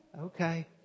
okay